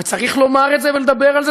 וצריך לומר את זה ולדבר על זה.